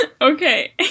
Okay